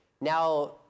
now